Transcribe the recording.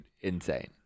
insane